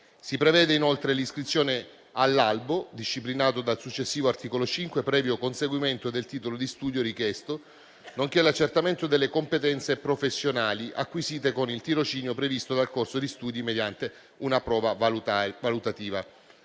Si prevedono, inoltre, l'iscrizione all'albo disciplinato dal successivo articolo 5, previo conseguimento del titolo di studio richiesto, nonché l'accertamento delle competenze professionali acquisite con il tirocinio previsto dal corso di studi mediante una prova valutativa.